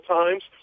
times